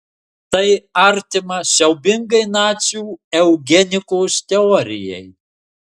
tai artima siaubingai nacių eugenikos teorijai